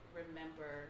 remember